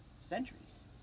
centuries